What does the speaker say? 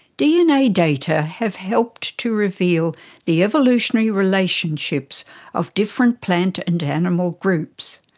dna data have helped to reveal the evolutionary relationships of different plant and animal groups,